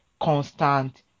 constant